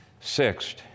Sixth